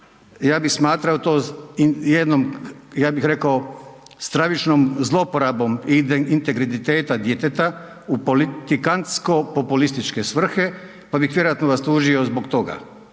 ja bih smatrao to jednom ja bih rekao stravičnom zloporabom integriteta djeteta u politikansko-populističke svrhe, pa bih vjerojatno vas tužio zbog toga.